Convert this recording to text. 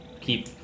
keep